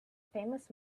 famous